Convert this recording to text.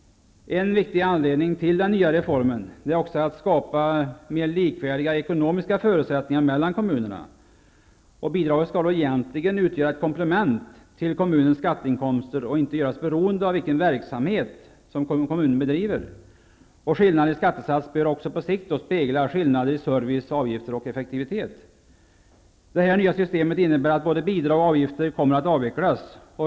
En viktig anledning till den nya reformen är också att man vill skapa mer likvärdiga ekonomiska förutsättningar för kommunerna. Bidraget skall egentligen utgöra ett komplement till kommunens skatteinkomster och inte göras beroende av den verksamhet kommunen bedriver. Skillnaden i skattesats bör också på sikt spegla skillnader i service, avgifter och effektivitet. Det här systemet innebär att både bidrag och avgifter kommer att avvecklas.